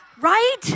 right